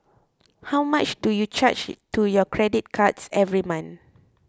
how much do you charge to your credit cards every month